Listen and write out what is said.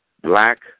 Black